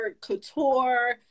couture